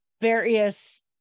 various